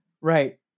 Right